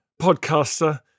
podcaster